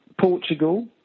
Portugal